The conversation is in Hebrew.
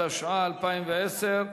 התשע"א 2010,